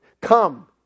Come